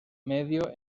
medio